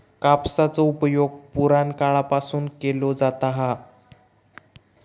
कापसाचो उपयोग पुराणकाळापासून केलो जाता हा